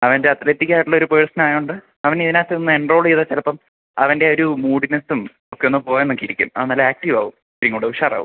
അവൻ്റെ അത്ലറ്റിക്കായിട്ടുള്ളൊരു പേഴ്സണായതുകൊണ്ട് അവനെ ഇതിനകത്ത് എൻറോൾ ചെയ്താൽ ചിലപ്പം അവൻ്റെ ഒരു മൂഡിനെസ്സും ഒക്കെ ഒന്ന് പോവുമെന്നൊക്കെയിരിക്കും അവൻ നല്ല ആക്റ്റീവാവും ഇച്ചിരിയും കൂടി ഉഷാറാവും